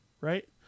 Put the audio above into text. right